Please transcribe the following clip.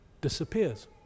disappears